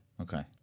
Okay